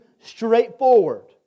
straightforward